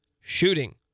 Shooting